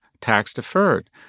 tax-deferred